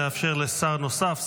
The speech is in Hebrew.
נאפשר לשר נוסף,